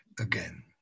again